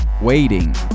waiting